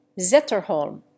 Zetterholm